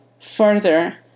further